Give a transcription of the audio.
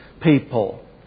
people